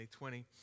2020